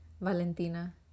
Valentina